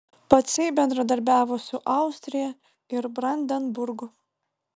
pacai bendradarbiavo su austrija ir brandenburgu